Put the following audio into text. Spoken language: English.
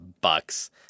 bucks